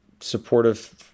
supportive